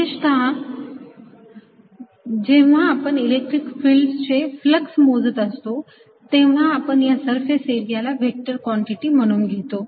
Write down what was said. विशेषतः जेव्हा आपण इलेक्ट्रिक फिल्डचे फ्लक्स मोजत असतो तेव्हा आपण या सरफेस एरियाला व्हेक्टर कॉन्टिटी म्हणून घेतो